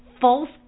false